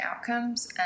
outcomes